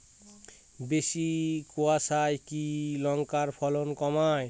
বেশি কোয়াশায় কি লঙ্কার ফলন কমায়?